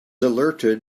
alerted